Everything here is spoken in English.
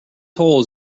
holes